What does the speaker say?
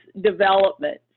development